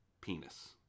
penis